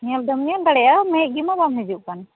ᱧᱮᱞ ᱫᱚᱢ ᱧᱮᱞ ᱫᱟᱲᱮᱭᱟᱜᱼᱟ ᱦᱮᱡ ᱜᱮᱢᱟ ᱵᱟᱢ ᱦᱤᱡᱩᱜ ᱠᱟᱱ